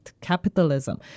capitalism